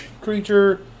creature